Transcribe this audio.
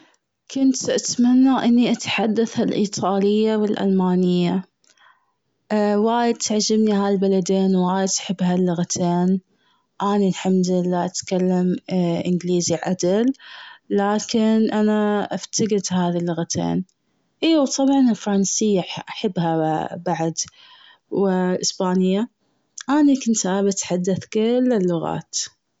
كنت أتمنى إني أتحدث هالإيطالية والألمانية، وايد تعجبني هالبلدين وايد احب هاللغتين، أني الحمد لله اتكلم ا-انجليزي عدل لكن انا ا-افتقد هذي اللغتين، أيوه طبعا الفرنسية أح-أحبها بعد وإسبانية انا كنت أحب أتحدث كل اللغات.